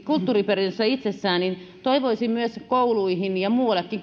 kulttuuriperinnöstä itsessään toivoisin myös kouluihin ja muuallekin